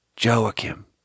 Joachim